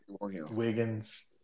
Wiggins